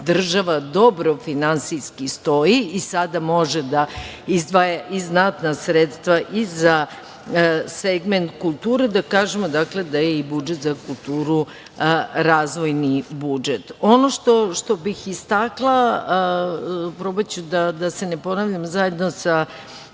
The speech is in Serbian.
država dobro finansijski stoji i sada može da izdvaja i znatna sredstva i za segment kulture, da kažemo, da je i budžet za kulturu razvojni budžet. Ono što bih istakla, probaću da se ne ponavljam zajedno sa